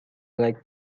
like